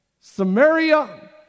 Samaria